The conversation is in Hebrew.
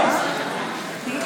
אני מתכבד